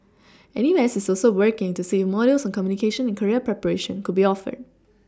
N U S is also working to see if modules on communication and career preparation could be offered